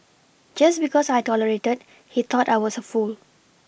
just because I tolerated he thought I was a fool